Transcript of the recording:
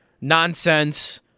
nonsense